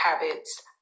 habits